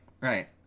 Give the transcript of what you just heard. right